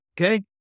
Okay